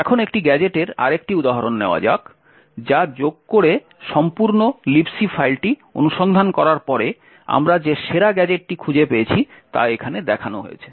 এখন একটি গ্যাজেটের আরেকটি উদাহরণ নেওয়া যাক যা যোগ করে সম্পূর্ণ Libc ফাইলটি অনুসন্ধান করার পরে আমরা যে সেরা গ্যাজেটটি খুঁজে পেয়েছি তা এখানে দেখানো হয়েছে